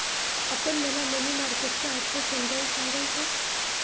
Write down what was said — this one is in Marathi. आपण मला मनी मार्केट चा अर्थ समजावून सांगाल का?